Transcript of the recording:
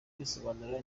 risobanura